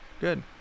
good